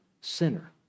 sinner